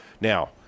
Now